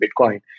bitcoin